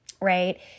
right